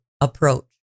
approach